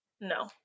no